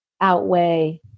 outweigh